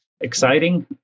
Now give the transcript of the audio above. exciting